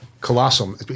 Colossal